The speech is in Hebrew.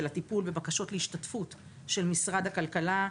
הטיפול בבקשות להשתתפות של משרד הכלכלה,